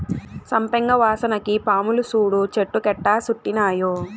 సంపెంగ వాసనకి పాములు సూడు చెట్టు కెట్టా సుట్టినాయో